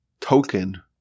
token